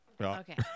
Okay